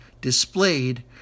displayed